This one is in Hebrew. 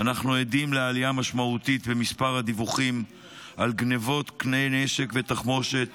אנחנו עדים לעלייה משמעותית במספר הדיווחים על גנבות כלי נשק ותחמושת